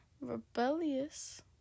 rebellious